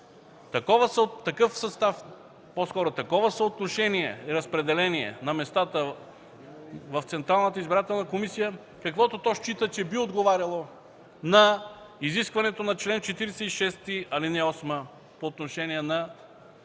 такова съотношение и разпределение на местата в Централната избирателна комисия, каквото то счита, че би отговаряло на изискването на чл. 46, ал. 8 по отношение на